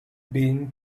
been